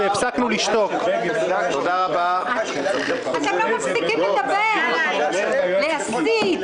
אתם לא מפסיקים לפלג ולהסית.